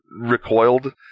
recoiled